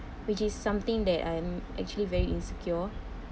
which is something that I'm actually very insecure